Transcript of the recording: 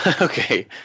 Okay